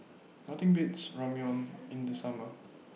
Nothing Beats Ramyeon in The Summer